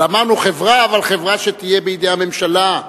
אמרנו חברה, וחברה שתהיה בידי הממשלה.